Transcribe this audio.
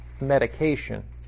medication